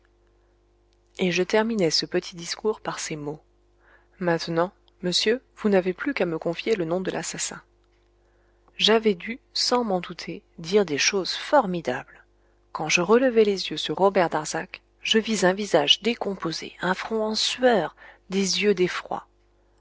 et je terminai ce petit discours par ces mots maintenant monsieur vous n'avez plus qu'à me confier le nom de l'assassin j'avais dû sans m'en douter dire des choses formidables quand je relevai les yeux sur robert darzac je vis un visage décomposé un front en sueur des yeux